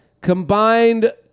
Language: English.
combined